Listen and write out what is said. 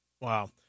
Wow